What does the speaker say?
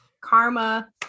karma